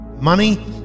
Money